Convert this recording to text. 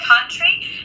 country